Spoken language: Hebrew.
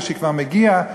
כשכבר מגיע.